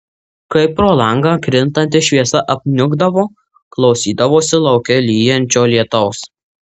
kai pro langą krintanti šviesa apniukdavo klausydavosi lauke lyjančio lietaus